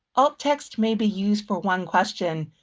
alt text may be used for one question.